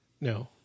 No